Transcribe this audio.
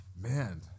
man